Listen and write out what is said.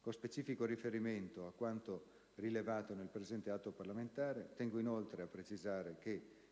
Con specifico riferimento a quanto rilevato nel presente atto parlamentare, tengo inoltre a precisare che,